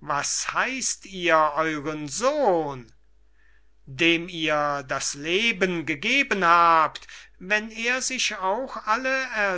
was heißt ihr euren sohn dem ihr das leben gegeben habt wenn er sich auch alle